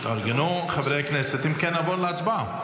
חברי הכנסת, אם כן, נעבור להצבעה.